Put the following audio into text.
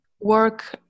work